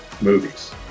movies